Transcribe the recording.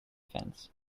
fence